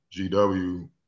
GW